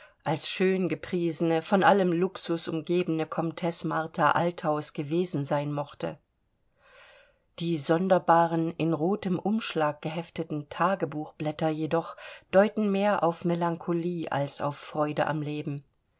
als schön gepriesene von allem luxus umgebene komteß martha althaus gewesen sein mochte die sonderbaren in rotem umschlag gehefteten tagebuchblätter jedoch deuten mehr auf melancholie als auf freude am leben